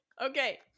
Okay